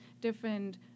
different